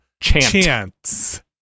Chance